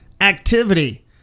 activity